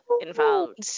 involved